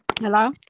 hello